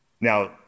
Now